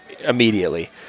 immediately